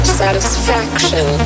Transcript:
satisfaction